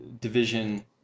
division